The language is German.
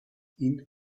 ihn